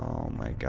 oh my